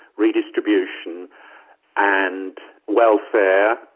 redistribution and welfare,